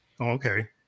Okay